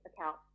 account